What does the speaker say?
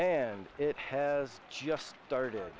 and it has just started